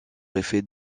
effet